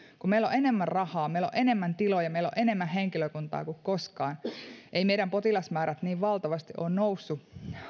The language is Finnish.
kun meillä on enemmän rahaa meillä on enemmän tiloja ja meillä on enemmän henkilökuntaa kuin koskaan eivät meidän potilasmäärät niin valtavasti ole nousseet